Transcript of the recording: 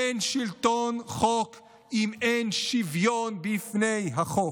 אין שלטון חוק אם אין שוויון בפני החוק,